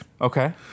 Okay